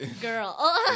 girl